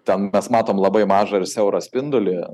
ten mes matom labai mažą ir siaurą spindulį